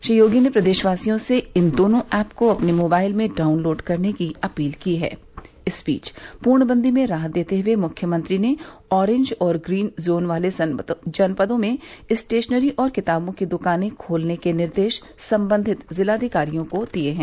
श्री योगी ने प्रदेशवासियों से इन दोनों ऐप को अपने मोबाइल में डाउनलोड करने की अपील की है इस बीच पूर्णबंदी में राहत देते हुए मुख्यमंत्री ने ऑरेंज और ग्रीन जोन वाले जनपदों में स्टेशनरी और किताबों की दुकानें खोलने के निर्देश संबंधित जिलाधिकारियों को दिए हैं